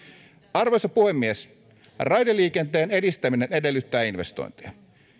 arvoisa puhemies raideliikenteen edistäminen edellyttää investointeja